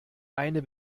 eine